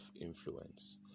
influence